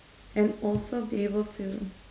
and also be able to